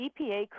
EPA